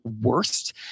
worst